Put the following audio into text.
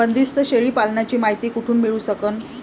बंदीस्त शेळी पालनाची मायती कुठून मिळू सकन?